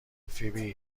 فیبی